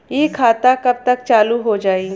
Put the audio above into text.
इ खाता कब तक चालू हो जाई?